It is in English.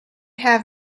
have